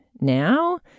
now